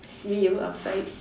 see you outside